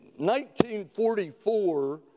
1944